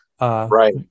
right